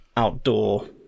Outdoor